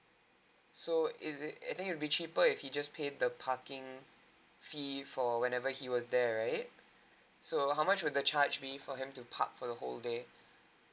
so is it I think it'll be cheaper if he just pay the parking fee for whenever he was there right so how much were the charge be for him to park for the whole day